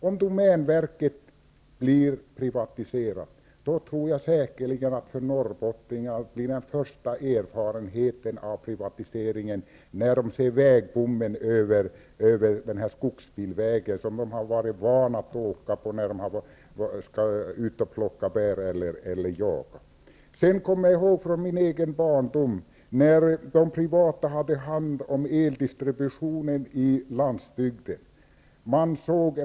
Om domänverket privatiseras blir säkerligen den första erfarenheten för norrbottningarna att det finns en vägbom över den skogsbilväg som de varit vana vid att åka på när de varit på väg ut till skogen för att plocka bär eller jaga. Från min egen barndom erinrar jag mig den tid då det privata hade hand om eldistributionen på landsbygden.